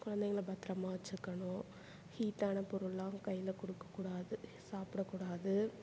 குழந்தைங்கள பத்திரமா வெச்சுருக்கணும் ஹீட்டான பொருள்லாம் கையில் கொடுக்கக்கூடாது சாப்பிடக்கூடாது